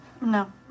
no